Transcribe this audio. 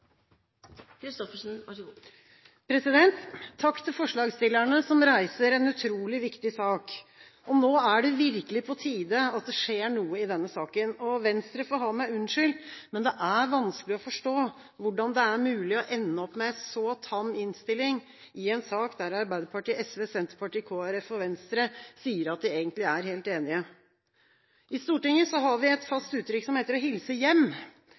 det virkelig på tide at det skjer noe i denne saken. Venstre får ha meg unnskyldt, men det er vanskelig å forstå hvordan det er mulig å ende opp med en så tam innstilling i en sak der Arbeiderpartiet, SV, Senterpartiet, Kristelig Folkeparti og Venstre sier at de egentlig er helt enige. I Stortinget har vi et fast uttrykk som heter «å hilse hjem».